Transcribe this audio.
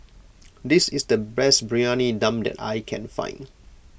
this is the best Briyani Dum that I can find